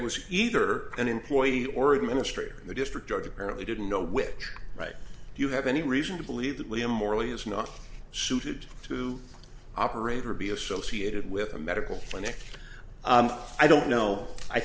it was either an employee or administrator and the district judge apparently didn't know which right do you have any reason to believe that william morley is not suited to operate or be associated with a medical clinic i don't know i